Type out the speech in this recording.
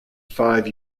five